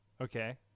Okay